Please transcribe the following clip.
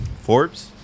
Forbes